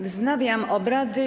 Wznawiam obrady.